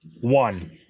One